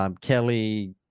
Kelly